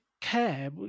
care